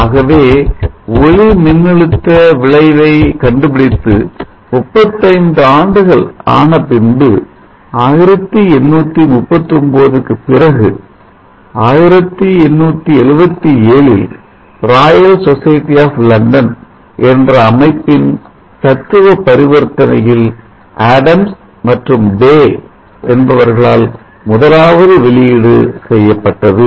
ஆகவே ஒளிமின்னழுத்த விளைவை கண்டுபிடித்து 35 ஆண்டுகள் ஆன பின்பு 1839 க்கு பிறகு 1877 இல் ராயல் சொசைட்டி ஆப் லண்டன் என்ற அமைப்பின் தத்துவ பரிவர்த்தனையில் அடம்ஸ் மற்றும் டே என்பவர்களால் முதலாவது வெளியீடு செய்யப்பட்டது